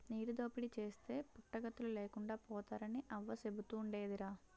నీటి దోపిడీ చేస్తే పుట్టగతులు లేకుండా పోతారని అవ్వ సెబుతుండేదిరా